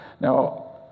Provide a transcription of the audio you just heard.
now